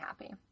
happy